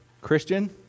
Christian